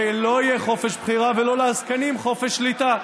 ולו יהיה חופש בחירה ולא לעסקנים חופש שליטה,